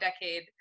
decade